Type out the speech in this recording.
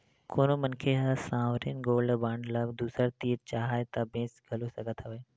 कोनो मनखे ह सॉवरेन गोल्ड बांड ल दूसर तीर चाहय ता बेंच घलो सकत हवय